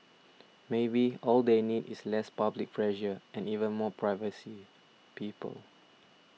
maybe all they need is less public pressure and even more privacy people